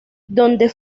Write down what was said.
donde